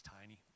tiny